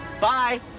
Bye